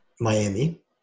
Miami